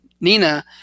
Nina